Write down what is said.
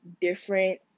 different